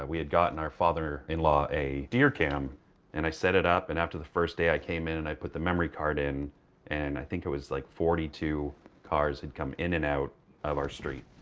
we had gotten our father-in-law a deer cam and i set it up. and after the first day, i came in and i put the memory card in and i think it was, like, forty two cars had come in and out of our street.